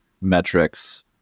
metrics